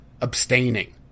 abstaining